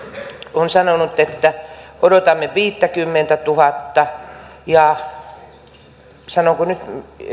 on sanonut että odotamme viittäkymmentätuhatta ja